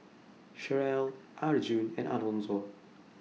Cherelle Arjun and Alonzo